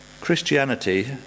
Christianity